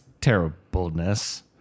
terribleness